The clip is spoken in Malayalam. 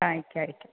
ആ അയക്കാം അയക്കാം